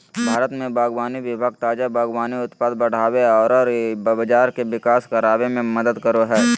भारत में बागवानी विभाग ताजा बागवानी उत्पाद बढ़ाबे औरर बाजार के विकास कराबे में मदद करो हइ